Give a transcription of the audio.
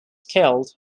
killed